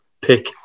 pick